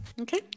Okay